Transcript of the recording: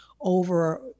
over